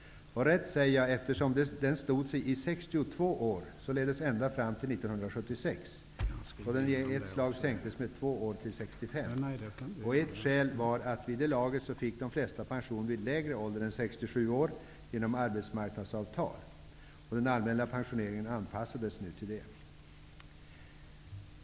Jag säger rätt, eftersom den åldern stod sig i 62 år, således ända fram till 1976. Då sänktes i ett slag pensionsåldern med två år till 65. Ett skäl var att vid det laget fick de flesta tack vare avtal på arbetsmarknaden ta ut pension vid lägre ålder än 67. Den allmänna pensionsåldern anpassades nu till detta.